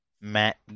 Matt